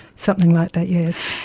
something like that, yes.